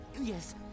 Yes